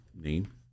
name